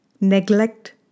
neglect